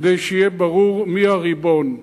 כדי שיהיה ברור מי הריבון.